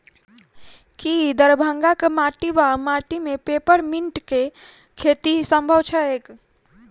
की दरभंगाक माटि वा माटि मे पेपर मिंट केँ खेती सम्भव छैक?